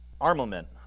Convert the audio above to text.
armament